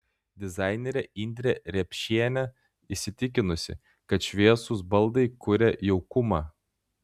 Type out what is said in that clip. dizainerė indrė riepšienė įsitikinusi kad šviesūs baldai kuria jaukumą